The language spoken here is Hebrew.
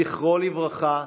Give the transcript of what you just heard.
זכרו לברכה,